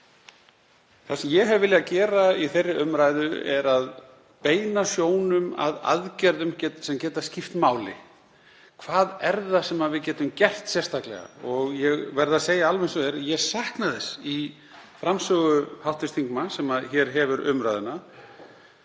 Það sem ég hef viljað gera í þeirri umræðu er að beina sjónum að aðgerðum sem geta skipt máli. Hvað er það sem við getum gert sérstaklega? Ég verð að segja alveg eins og er að ég sakna þess í framsögu hv. þingmanns sem hér hefur umræðuna,